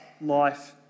life